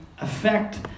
affect